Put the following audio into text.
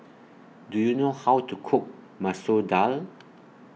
Do YOU know How to Cook Masoor Dal